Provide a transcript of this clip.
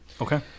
okay